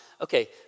Okay